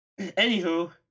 Anywho